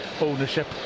ownership